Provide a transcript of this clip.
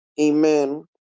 amen